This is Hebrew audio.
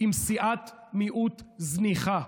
עם סיעת מיעוט זניחה,